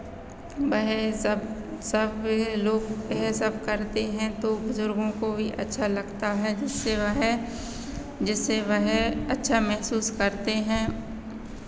वह सब सब लोग वह सब करते हैं तो बुज़ुर्गों को भी अच्छा लगता है जिससे वह जिससे वह अच्छा महसूस करते हैं